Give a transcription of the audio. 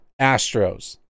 Astros